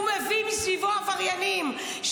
הוא מביא מסביבו עבריינים.